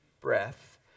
breath